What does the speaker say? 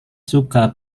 suka